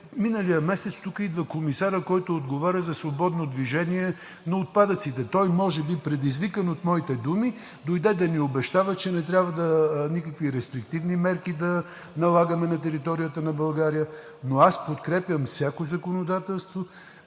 миналият месец тук идва комисарят, който отговаря за свободното движение на отпадъците. Той може би, предизвикан от моите думи, дойде да ни обещава, че не трябват никакви рестриктивни мерки да налагаме на територията на България, но аз подкрепям всяко законодателство,